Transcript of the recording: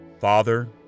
Father